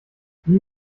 wie